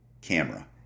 camera